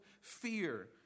fear